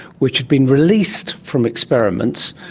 which had been released from experiments,